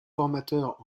formateur